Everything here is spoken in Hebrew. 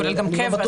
זה כולל גם קבע.